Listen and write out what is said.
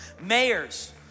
Mayors